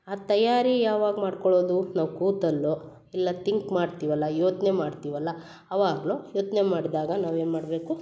ಆ ತಯಾರಿ ಯಾವಾಗ ಮಾಡ್ಕೊಳ್ಳೋದು ನಾವು ಕೂತಲ್ಲೋ ಇಲ್ಲ ತಿಂಕ್ ಮಾಡ್ತೀವಲ್ಲ ಯೋಚನೆ ಮಾಡ್ತೀವಲ್ಲ ಆವಾಗ ಯೋಚನೆ ಮಾಡಿದಾಗ ನಾವು ಏನು ಮಾಡಬೇಕು